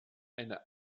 eine